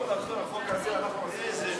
נעשתה היסטוריה בבית.